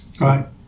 Right